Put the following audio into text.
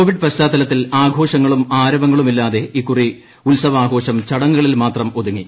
Covid പശ്ചാത്തലത്തിൽ ആഘോഷങ്ങളും ആരവങ്ങളുമില്ലാതെ ഇക്കുറി ഉത്സവാഘോഷം ചടങ്ങുകളിൽ മാത്രം ഒതുങ്ങി